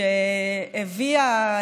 שהביאה,